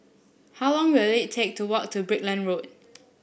how long will it take to walk to Brickland Road